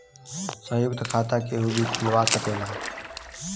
संयुक्त खाता केहू भी खुलवा सकेला